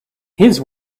his